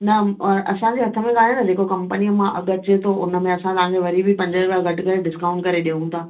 न असांजे हथ में काने ना जेको कंपनीअ मां अघु अचे थो हुनमें असां तव्हांजो वरी बि पंज रुपिया घटि करे डिस्काउंट करे ॾिऊं था